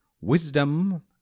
Wisdom